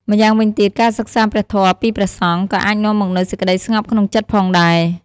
ម្យ៉ាងវិញទៀត ការសិក្សាព្រះធម៌ពីព្រះសង្ឃ ក៏អាចនាំមកនូវសេចក្ដីស្ងប់ក្នុងចិត្តផងដែរ។